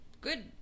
good